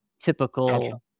typical